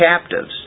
captives